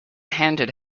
handed